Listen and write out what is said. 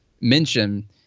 mention